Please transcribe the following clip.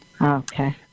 Okay